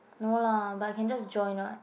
no lah but can just join [what]